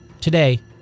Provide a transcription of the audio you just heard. Today